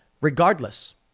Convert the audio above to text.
Regardless